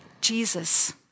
Jesus